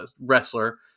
wrestler